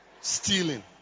Stealing